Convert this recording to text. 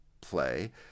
play